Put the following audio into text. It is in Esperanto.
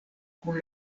kun